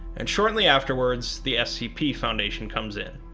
and shortly afterwards, the scp foundation comes in.